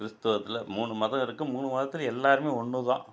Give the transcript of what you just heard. கிறிஸ்துவத்தில் மூணு மதம் இருக்குது மூணு மதத்தில் எல்லோருமே ஒன்று தான்